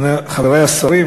חברי השרים,